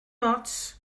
ots